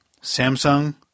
Samsung